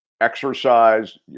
exercise